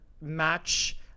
match